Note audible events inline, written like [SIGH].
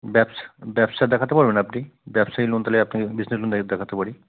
ব্যবসা ব্যবসা দেখাতে পারবেন আপনি ব্যবসায়ী লোন তাহলে আপনি [UNINTELLIGIBLE] বিজনেস লোন [UNINTELLIGIBLE] দেখাতে পারি